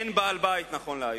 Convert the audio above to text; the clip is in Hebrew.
אין בעל-בית נכון להיום.